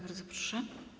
Bardzo proszę.